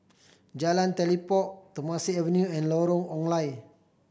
Jalan Telipok Temasek Avenue and Lorong Ong Lye